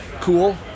cool